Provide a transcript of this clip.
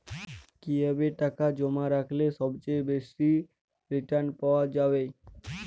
কিভাবে টাকা জমা রাখলে সবচেয়ে বেশি রির্টান পাওয়া য়ায়?